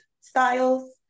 styles